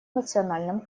национальном